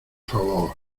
favor